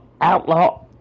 outlaw